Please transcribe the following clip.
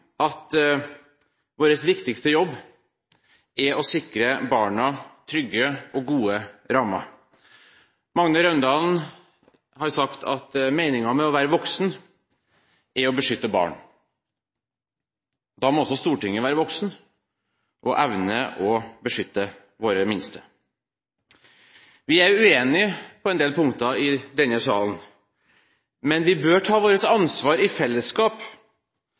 at vår viktigste jobb er å sikre barna trygge og gode rammer. Magne Raundalen har sagt at meningen med å være voksen er å beskytte barn. Da må også Stortinget være voksent og evne å beskytte våre minste. Vi er uenige på en del punkter i denne salen, men vi bør ta vårt ansvar i fellesskap